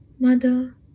Mother